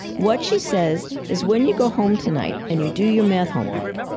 what she says is, when you go home tonight, and you do your math homework,